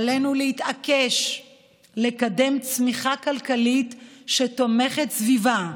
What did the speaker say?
עלינו להתעקש לקדם צמיחה כלכלית שהיא תומכת סביבה.